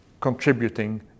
contributing